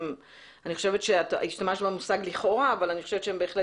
אני חושבת שהשתמשת במושג לכאורה אבל אני חושבת שהן בהחלט